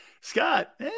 Scott